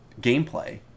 gameplay